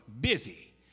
busy